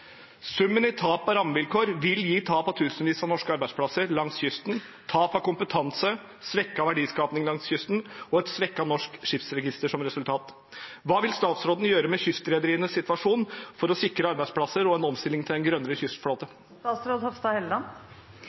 Summen i tap av rammevilkår vil gi som resultat tap av tusenvis av norske arbeidsplasser langs kysten, tap av kompetanse, svekket verdiskaping langs kysten og et svekket norsk skipsregister. Hva vil statsråden gjøre med kystrederienes situasjon for å sikre arbeidsplasser og en omstilling til en grønnere